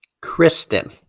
Kristen